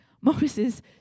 Moses